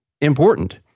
important